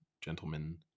gentlemen